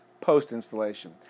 post-installation